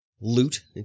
loot